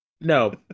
No